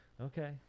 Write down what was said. Okay